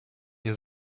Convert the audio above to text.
nie